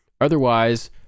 otherwise